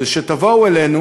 זה שתבואו אלינו